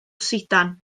sidan